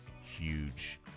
huge